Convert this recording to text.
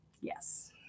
yes